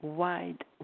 wide